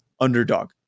underdog